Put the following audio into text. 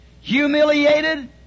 humiliated